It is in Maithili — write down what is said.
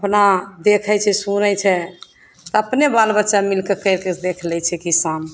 अपना देखै छै सुनै छै अपने बाल बच्चा मिलिके करिके देखि लै छै किसान